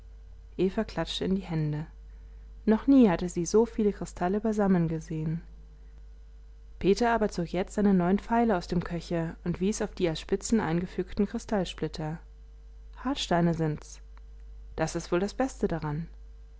klatschte in die hände noch nie hatte sie so viele kristalle beisammen gesehen peter aber zog jetzt seine neuen pfeile aus dem köcher und wies auf die als spitzen eingefügten kristallsplitter hartsteine sind's das ist wohl das beste daran